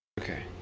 Okay